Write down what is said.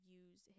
use